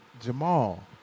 Jamal